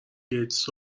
گیتس